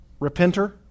repenter